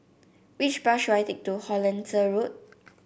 which bus should I take to Hollandse Road